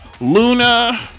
luna